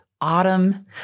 autumn